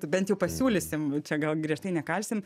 bent jau pasiūlysim čia gal griežtai nekalsim